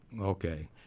Okay